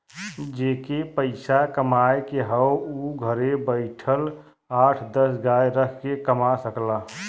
जेके के पइसा कमाए के हौ उ घरे बइठल आठ दस गाय रख के कमा सकला